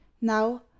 now